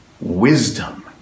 wisdom